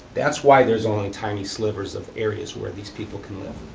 that's why there's only tiny slivers of areas where these people can live.